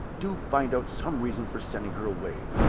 do find out some reason for sending her away!